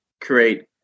create